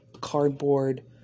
cardboard